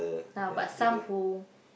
ah but some who